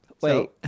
Wait